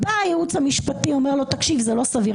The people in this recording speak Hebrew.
בא הייעוץ המשפטי ואומר לו: זה לא סביר.